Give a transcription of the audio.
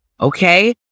okay